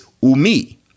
umi